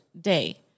day